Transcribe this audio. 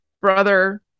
brother